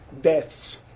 deaths